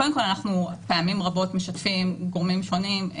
אנחנו פעמים רבות משתפים גורמים שונים,